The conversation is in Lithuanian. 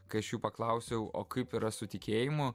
kai aš jų paklausiau o kaip yra su tikėjimu